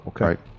Okay